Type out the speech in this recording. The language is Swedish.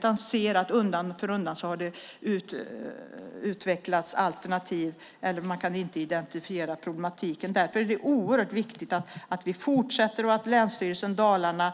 Det har undan för undan utvecklats alternativ eller också har man inte kunnat identifiera problemet. Därför är det oerhört viktigt att vi fortsätter och att länsstyrelsen i Dalarna,